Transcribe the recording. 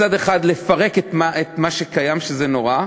מצד אחד לפרק את מה שקיים, שזה נורא,